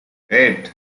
eight